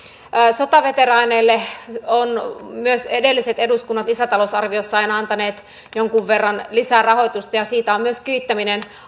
sotaveteraaneille ovat myös edelliset eduskunnat lisätalousarvioissaan antaneet jonkun verran lisää rahoitusta ja siitä on myös kiittäminen